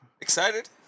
Excited